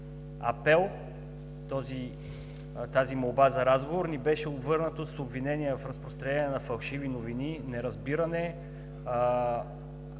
тази молба за разговор, ни беше отвърнато с обвинения в разпространение на фалшиви новини, неразбиране,